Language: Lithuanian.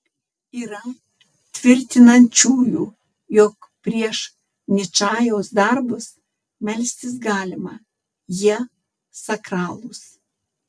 yra tvirtinančiųjų jog prieš ničajaus darbus melstis galima jie sakralūs